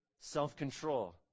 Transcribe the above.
self-control